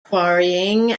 quarrying